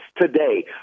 today